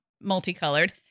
multicolored